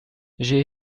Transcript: j’ai